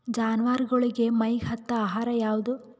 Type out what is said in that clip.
ಜಾನವಾರಗೊಳಿಗಿ ಮೈಗ್ ಹತ್ತ ಆಹಾರ ಯಾವುದು?